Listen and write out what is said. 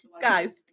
Guys